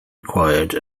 acquired